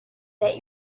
that